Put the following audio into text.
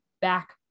back